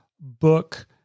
book